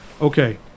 okay